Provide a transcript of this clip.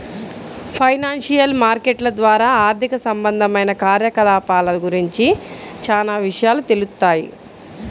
financial మార్కెట్ల ద్వారా ఆర్థిక సంబంధమైన కార్యకలాపాల గురించి చానా విషయాలు తెలుత్తాయి